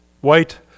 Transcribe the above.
white